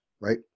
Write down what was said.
right